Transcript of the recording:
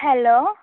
hello